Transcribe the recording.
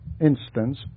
instance